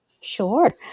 Sure